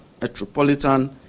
metropolitan